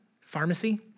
pharmacy